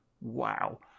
wow